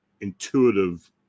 intuitive